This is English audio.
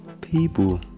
People